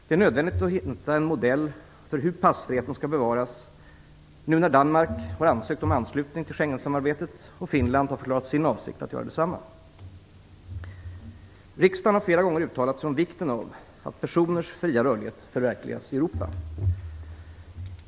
Det är nödvändigt att hitta en modell för hur passfriheten skall bevaras nu när Danmark har ansökt om anslutning till Schengensamarbetet och Finland har förklarat sin avsikt att göra detsamma. Riksdagen har flera gånger uttalat sig om vikten av att personers fria rörlighet förverkligas i Europa.